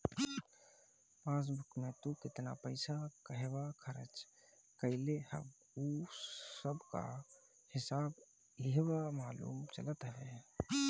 passbook में तू केतना पईसा कहवा खरच कईले हव उ सबकअ हिसाब इहवा मालूम चलत हवे